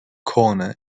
corner